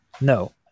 No